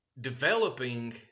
developing